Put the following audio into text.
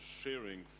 sharing